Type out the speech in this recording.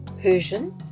Persian